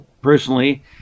personally